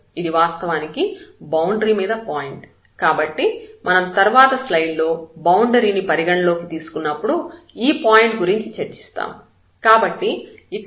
ఇది వాస్తవానికి బౌండరీ మీద పాయింట్ కాబట్టి మనం తర్వాత స్లైడ్ లో బౌండరీ ని పరిగణలోకి తీసుకున్నపుడు ఈ పాయింట్ గురించి చర్చిస్తాము